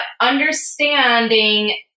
understanding